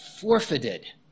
forfeited